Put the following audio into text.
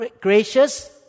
gracious